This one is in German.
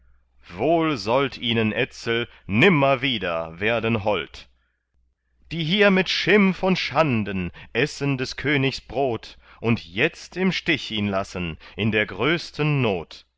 wohl sollt ihnen etzel nimmer wieder werden hold die hier mit schimpf und schanden essen des königs brot und jetzt im stich ihn lassen in der größten not